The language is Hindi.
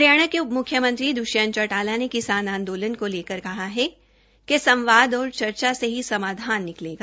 हरियाणा के उपम्रख्यमंत्री द्वष्यंत चौटाला ने किसान आंदोलन को लेकर कहा है कि संवाद और चर्चा से ही समाधान निकलेगा